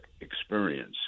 experience